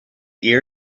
ear